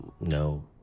no